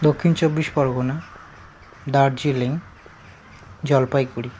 Dakshin Chabbis Pargana Darjeeling Jalpaiguri